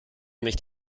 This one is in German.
nicht